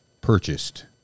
purchased